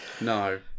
No